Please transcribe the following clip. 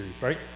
right